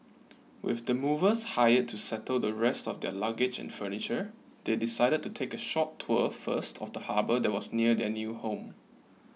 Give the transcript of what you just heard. with the movers hired to settle the rest of their luggage and furniture they decided to take a short tour first of the harbour that was near their new home